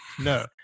No